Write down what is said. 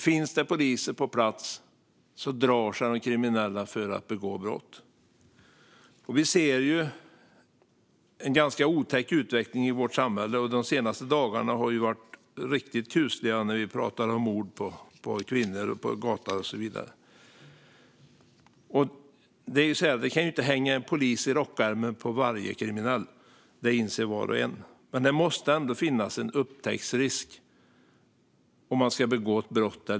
Finns det poliser på plats drar sig de kriminella för att begå brott. Vi ser en ganska otäck utveckling i vårt samhälle. De senaste dagarna har varit riktigt kusliga - vi talar om mord på kvinnor på öppen gata och så vidare. Det kan ju inte hänga en polis i rockärmen på varje kriminell. Det inser var och en. Men det måste ändå finnas en upptäcktsrisk för den som begår brott.